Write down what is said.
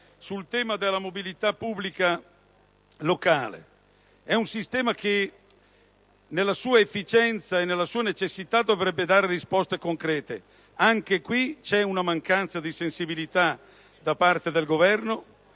sul tema della mobilità pubblica locale. È un sistema che, nella sua efficienza e nella sua necessità, dovrebbe dare risposte concrete, ma anche in questo caso c'è una mancanza di sensibilità da parte del Governo.